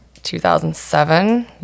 2007